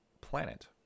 planet